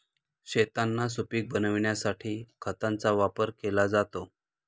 शेतांना सुपीक बनविण्यासाठी खतांचा वापर केला जातो